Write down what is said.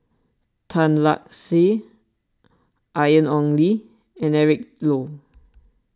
Tan Lark Sye Ian Ong Li and Eric Low